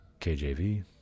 KJV